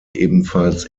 ebenfalls